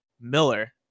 miller